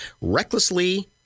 recklessly